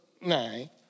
nine